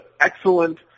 excellent